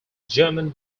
german